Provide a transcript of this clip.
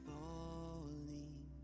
falling